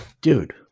dude